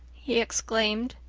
he exclaimed.